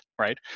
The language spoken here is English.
right